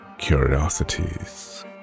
Curiosities